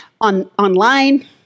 online